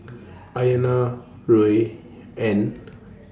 Ayanna Ruie and